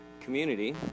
community